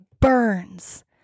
burns